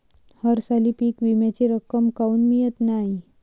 हरसाली पीक विम्याची रक्कम काऊन मियत नाई?